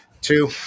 two